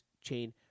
chain